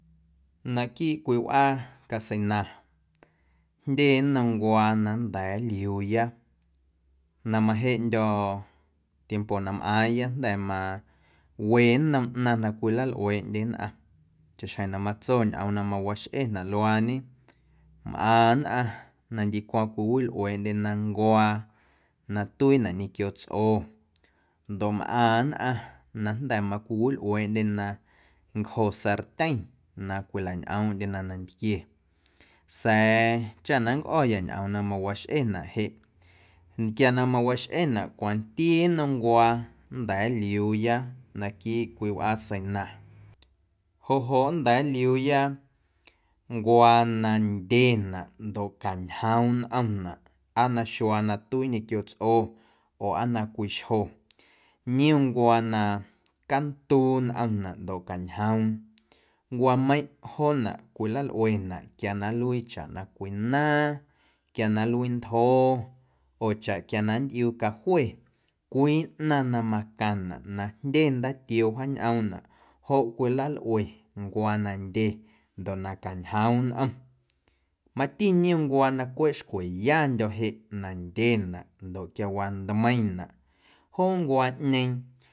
Naquiiꞌ cwii wꞌaa caseina jndye nnom ncuaa na nnda̱a̱ nliuuya na majeꞌndyo̱ tiempo na mꞌaaⁿya jnda̱ ma we nnom ꞌnaⁿ na cwilalꞌueeꞌndye nnꞌaⁿ chaꞌxjeⁿ na matso ñꞌoom na mawaxꞌenaꞌ luaañe mꞌaⁿ nnꞌaⁿ na ndicwa cwiwilꞌueeꞌndyena ncuaa na tuiinaꞌ ñequio tsco ndoꞌ nnꞌaⁿ na jnda̱ macwiwilꞌueeꞌndyena ncjo sartyeⁿ na cwilañꞌoomꞌndyena nantquie sa̱a̱ chaꞌ na nncꞌo̱ya ñꞌoom na mawaxꞌenaꞌ jeꞌ quia na mawaxꞌenaꞌ cwanti nnom ncuaa nnda̱a̱ nliuuya naquiiꞌ cwii wꞌaaseina joꞌ joꞌ nnda̱a̱ nliuuya ncuaa na ndyenaꞌ ndoꞌ cañjoom nꞌomnaꞌ aa na xuaa na tuii ñequio tsꞌo oo aa na cwii xjo niom ncuaa na cantuu nꞌomnaꞌ ndoꞌ cañjoom ncuaameiⁿꞌ joonaꞌ cwilalꞌuenaꞌ quia na nluii chaꞌ na cwii naaⁿ, quia na nluii ntjo oo chaꞌ quia na nntꞌiuu cajue cwii ꞌnaⁿ na macaⁿnaꞌ na jndye ndaatioo wjaañꞌoomnaꞌ joꞌ cwilalꞌue ncuaa na ndye ndoꞌ na cañjoom nꞌom. Mati niom ncuaa na cweꞌ xcweyandyo̱ jeꞌ na ndyenaꞌ ndoꞌ quiawaa ntmeiⁿnaꞌ joo ncuaaꞌñeeⁿ.